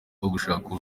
gushaka